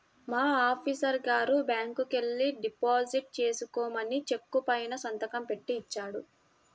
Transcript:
మా ఆఫీసరు గారు బ్యాంకుకెల్లి డిపాజిట్ చేసుకోమని చెక్కు పైన సంతకం బెట్టి ఇచ్చాడు